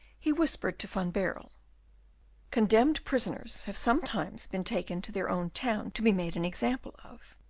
he whispered to van baerle condemned prisoners have sometimes been taken to their own town to be made an example of,